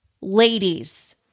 ladies